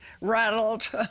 rattled